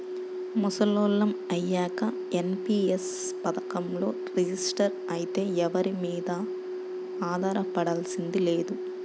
ముసలోళ్ళం అయ్యాక ఎన్.పి.యస్ పథకంలో రిజిస్టర్ అయితే ఎవరి మీదా ఆధారపడాల్సింది లేదు